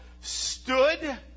stood